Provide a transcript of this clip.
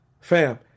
fam